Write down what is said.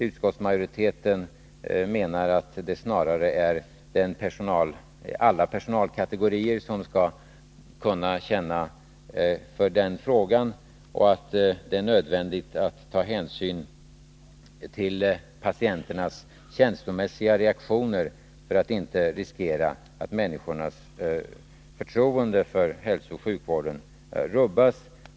Utskottsmajoriteten menar att alla personalkategorier skall kunna känna för den saken och att det är nödvändigt att ta hänsyn till patienternas känslomässiga reaktioner för att inte riskera att människornas förtroende för hälsooch sjukvården rubbas.